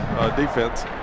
defense